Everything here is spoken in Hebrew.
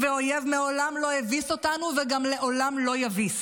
ואויב מעולם לא הביס אותנו וגם לעולם לא יביס.